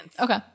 Okay